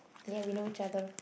ya we know each other